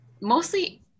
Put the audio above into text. mostly